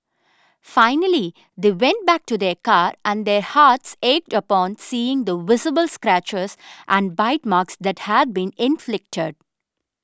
finally they went back to their car and their hearts ached upon seeing the visible scratches and bite marks that had been inflicted